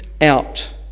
out